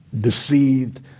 deceived